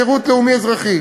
לשירות לאומי-אזרחי,